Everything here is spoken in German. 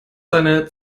seine